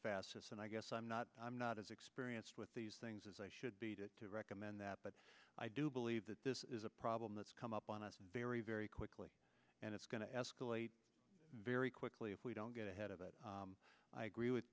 fastest and i guess i'm not i'm not as experienced with these things as i should be to recommend that but i do believe that this is a problem that's come up on us very very quickly and it's going to escalate very quickly if we don't get ahead of it i agree with